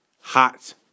hot